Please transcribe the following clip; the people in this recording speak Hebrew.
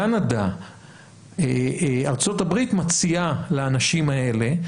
קנדה וארה"ב מציעות לאנשים האלה,